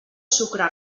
sucre